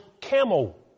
camel